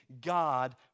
God